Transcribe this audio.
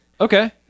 Okay